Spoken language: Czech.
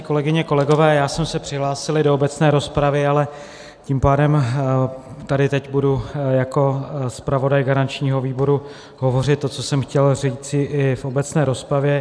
Kolegyně, kolegové, já jsem se přihlásil i do obecné rozpravy, ale tím pádem tady teď budu jako zpravodaj garančního výboru hovořit to, co jsem chtěl říci i v obecné rozpravě.